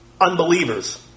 Unbelievers